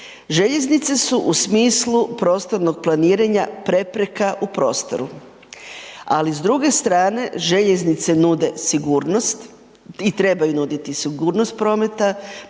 Željeznice su u smislu prostornog planiranja projekta u prostoru, a li s druge strane željeznice nude sigurnost i trebaju nuditi sigurnost prometa,